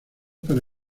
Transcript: para